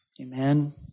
Amen